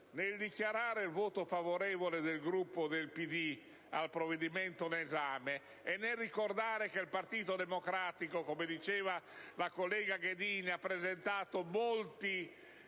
Nel dichiarare il voto favorevole del Gruppo PD al provvedimento in esame e nel ricordare che il Partito Democratico, come diceva la collega Ghedini, ha presentato molti